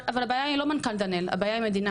אבל הבעיה היא לא מנכ"ל דנאל, הבעיה היא המדינה.